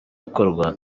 akorwa